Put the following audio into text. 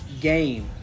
game